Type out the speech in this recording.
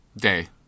Day